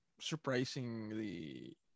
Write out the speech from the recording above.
surprisingly